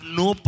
no